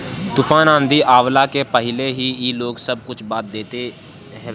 तूफ़ान आंधी आवला के पहिले ही इ लोग सब कुछ बता देत हवे